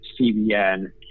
cbn